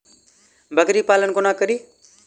बकरी पालन कोना करि?